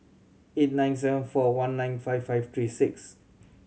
eight nine seven four one nine five five three six